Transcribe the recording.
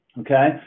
okay